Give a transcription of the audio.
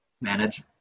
manage